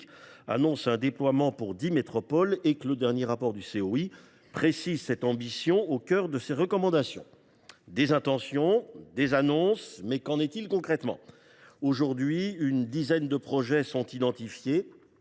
dernier un déploiement du réseau pour dix métropoles et que le dernier rapport du COI ne précise cette ambition au cœur de ses recommandations. Des intentions, des annonces, mais qu’en est il concrètement ? Aujourd’hui, une dizaine de projets sont identifiés,